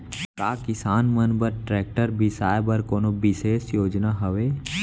का किसान मन बर ट्रैक्टर बिसाय बर कोनो बिशेष योजना हवे?